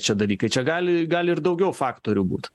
čia dalykai čia gali gali ir daugiau faktorių būt